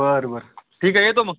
बरं बरं ठीक आहे येतो मग